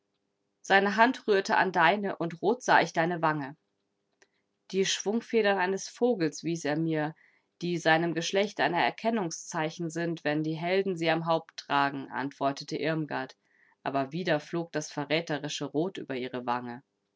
seine hand rührte an deine und rot sah ich deine wange die schwungfedern eines vogels wies er mir die seinem geschlecht ein erkennungszeichen sind wenn die helden sie am haupt tragen antwortete irmgard aber wieder flog das verräterische rot über ihre wange